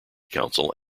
council